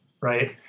right